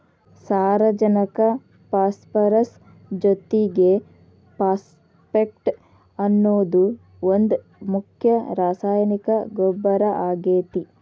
ಸಾರಜನಕ ಪಾಸ್ಪರಸ್ ಜೊತಿಗೆ ಫಾಸ್ಫೇಟ್ ಅನ್ನೋದು ಒಂದ್ ಮುಖ್ಯ ರಾಸಾಯನಿಕ ಗೊಬ್ಬರ ಆಗೇತಿ